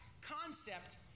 concept